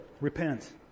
Repent